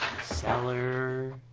Cellar